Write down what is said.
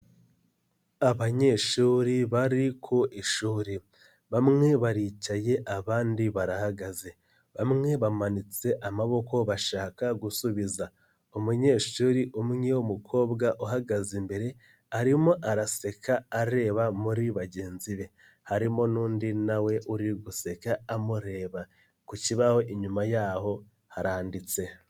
Abanyeshuri bari ku ishuri, bamwe baricaye abandi barahagaze, bamwe bamanitse amaboko bashaka gusubiza, umunyeshuri umwe w'umukobwa uhagaze imbere, arimo araseka areba muri bagenzi be, harimo n'undi na we uri guseka amureba, ku kibaho inyuma yaho haranditse.